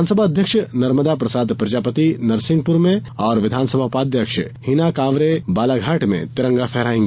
विधानसभा अध्यक्ष नर्मदा प्रसाद प्रजापति नरसिंहपुर में और विधानसभा उपाध्यक्ष हीना कांवरे बालाघाट में तिरंगा फहरायेंगी